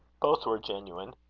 both were genuine.